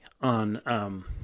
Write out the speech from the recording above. on